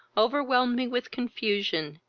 overwhelmed me with confusion,